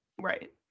Right